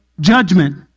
judgment